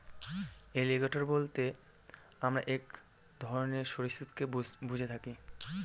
alligator বলতে আমরা এক ধরনের সরীসৃপকে বুঝে থাকি